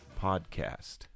Podcast